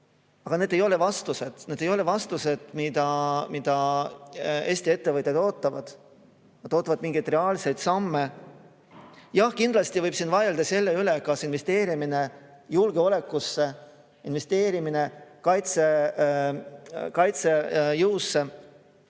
aga need ei ole vastused. Need ei ole vastused, mida Eesti ettevõtjad ootavad. Nad ootavad mingeid reaalseid samme. Jah, kindlasti võib vaielda selle üle, kas investeerimine julgeolekusse, investeerimine kaitsejõusse